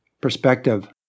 perspective